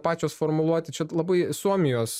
pačios formuluoti čia labai suomijos